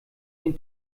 den